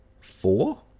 four